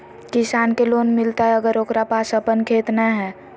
किसान के लोन मिलताय अगर ओकरा पास अपन खेत नय है?